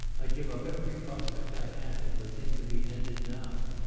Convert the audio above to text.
i'd give up every prospect i have if the thing could be ended now.